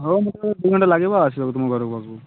ହଉ ମୋତେ ଦୁଇ ଘଣ୍ଟା ଲାଗିବା ଆସିବାକୁ ତୁମ ଘର ପାଖକୁ